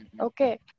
Okay